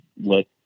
let